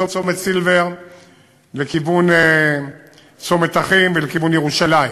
צומת סילבר לכיוון צומת אחים ולכיוון ירושלים,